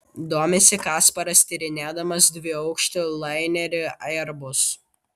domisi kasparas tyrinėdamas dviaukštį lainerį airbus